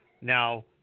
Now